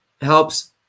helps